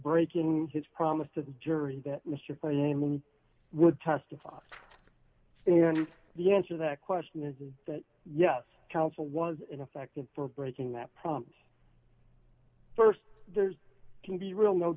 breaking his promise to the jury that mr klayman would testify and the answer that question is is that yes counsel was ineffective for breaking that promise st there's can be real no